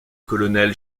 colonel